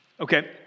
Okay